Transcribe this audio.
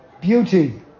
beauty